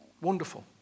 Wonderful